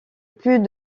plus